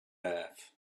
have